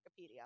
wikipedia